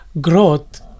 growth